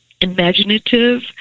imaginative